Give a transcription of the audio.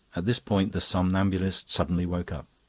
at this point the somnambulist suddenly woke up.